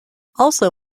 also